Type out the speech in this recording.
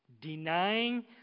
Denying